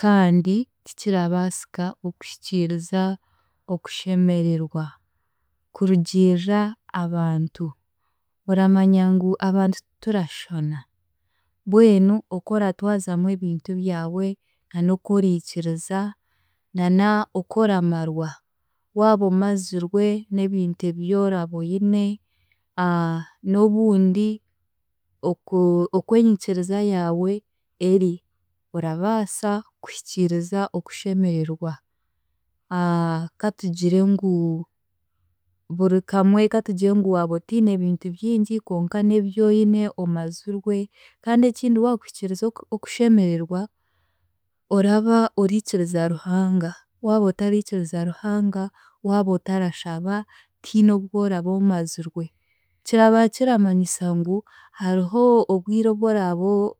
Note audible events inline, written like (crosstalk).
kandi tikirabaasika okuhikiiriza okushemererwa kurugiirira abantu, oramanya ngu abantu titurashana, mbwenu oku oratwazamu ebintu byawe, na n'oku oriikiriza na n'oku oramarwa, waaba omazirwe n'ebintu ebyoraba oine (hesitation) n'obundi oku- oku enyikiriza yaawe eri, orabaasa kuhikiiriiza okushemererwa (hesitation) katugire ngu buri kamwe katugire ngu waaba otiine bintu bingi konka n'ebi oine omazirwe, kandi ekindi wa kuhikiiriza oku- okushemererwa, oraba oriikiriza Ruhanga, waaba otariikiriza Ruhanga, waaba otarashaba tihiine obu oraba omazirwe kiraba kiramanyiisa ngu hariho obwire obu oraabe